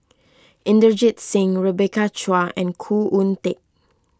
Inderjit Singh Rebecca Chua and Khoo Oon Teik